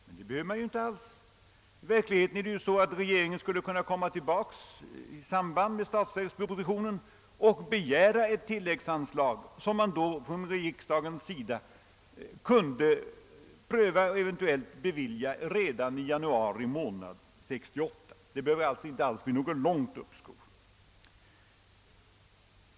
Men det behöver inte alls bli så lång väntan — i verkligheten skulle regeringen kunna komma tillbaka i samband med framläggandet av statsverkspropositionen och begära ett tilläggsanslag, som riksdagen kunde pröva och eventuellt bevilja redan i januari månad 1968. Det behöver sålunda inte alls bli något långt uppskov.